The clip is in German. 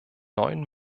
neuen